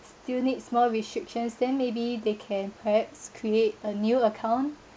still needs more restrictions then maybe they can perhaps create a new account